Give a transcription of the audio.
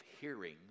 hearing